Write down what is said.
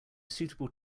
suitable